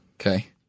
Okay